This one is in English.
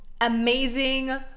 amazing